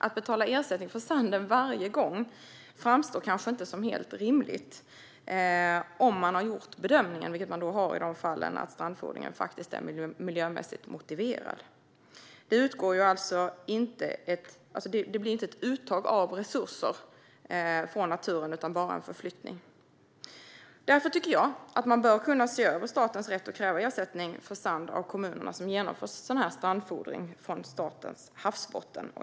Att betala ersättning för sanden varje gång framstår kanske inte som helt rimligt om man har gjort bedömningen att strandfodringen är miljömässigt motiverad, vilket man har gjort i dessa fall. Det sker alltså inte något uttag av resurser från naturen, utan bara en förflyttning. Därför tycker jag att man bör kunna se över statens rätt att kräva ersättning för sand av kommunerna som genomför strandfodring från statens havsbotten.